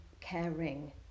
caring